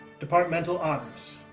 departmental honors.